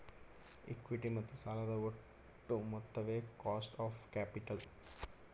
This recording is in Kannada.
ಇಕ್ವಿಟಿ ಮತ್ತು ಸಾಲದ ಒಟ್ಟು ಮೊತ್ತವೇ ಕಾಸ್ಟ್ ಆಫ್ ಕ್ಯಾಪಿಟಲ್